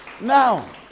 Now